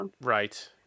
Right